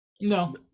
no